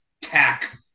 tack